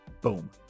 boom